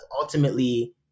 ultimately